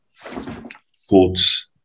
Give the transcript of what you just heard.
thoughts